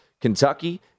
Kentucky